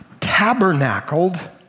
tabernacled